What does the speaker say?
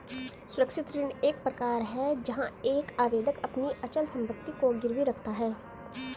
सुरक्षित ऋण एक प्रकार है जहां एक आवेदक अपनी अचल संपत्ति को गिरवी रखता है